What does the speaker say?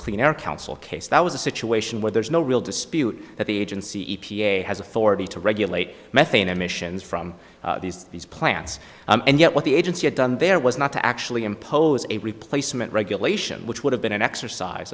clean air council case that was a situation where there's no real dispute that the agency e p a has authority to regulate methane emissions from these these plants and yet what the agency had done there was not to actually impose a replacement regulation which would have been an exercise